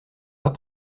pas